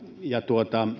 ja